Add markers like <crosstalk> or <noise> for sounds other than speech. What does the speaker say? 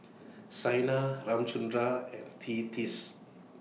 <noise> Saina Ramchundra and Tea teeth